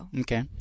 Okay